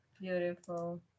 beautiful